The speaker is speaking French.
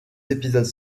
épisodes